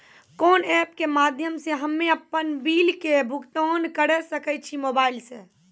कोना ऐप्स के माध्यम से हम्मे अपन बिल के भुगतान करऽ सके छी मोबाइल से?